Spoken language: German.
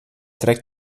dreck